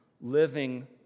living